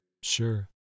Sure